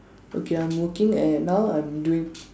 okay I'm working at now I'm doing